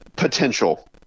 Potential